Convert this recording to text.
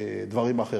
הדברים האחרים,